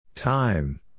Time